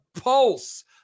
pulse